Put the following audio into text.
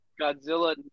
Godzilla